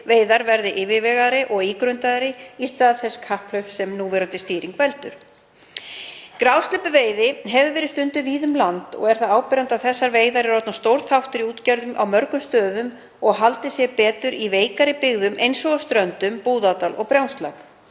að þær verði yfirvegaðri og ígrundaðri í stað þess kapphlaups sem núverandi stýring veldur. Grásleppuveiði hefur verið stunduð víða um land og er það áberandi að þessar veiðar eru orðnar stór þáttur í útgerð á mörgum stöðum og hafa haldið sér betur í veikari byggðum eins og á Ströndum, í Búðardal og á Brjánslæk.